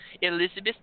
Elizabeth